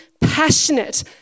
passionate